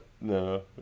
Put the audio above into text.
no